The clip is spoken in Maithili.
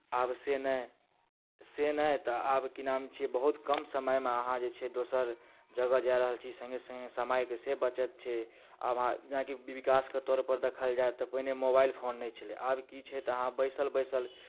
आब से नहि से नहि तऽ आब की नाम छियै बहुत कम समयमे अहाँ जे छै दोसर जगह जा रहल छी सङ्गे सङ्गे समयके से बचत छै आब अहाँ जेनाकि विकासके तौरपर देखल जाे तऽ पहिने मोबाइल फोन नहि छलै आब की छै तऽ अहाँ बैसल बैसल